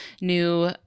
new